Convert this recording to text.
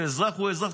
ואזרח הוא אזרח,